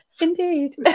indeed